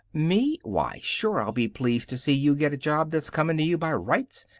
me? why, sure i'll be pleased to see you get a job that's coming to you by rights,